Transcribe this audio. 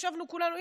ישבנו כולנו,